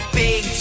big